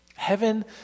Heaven